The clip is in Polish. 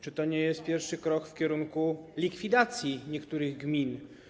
Czy to nie jest pierwszy krok w kierunku likwidacji niektórych gmin?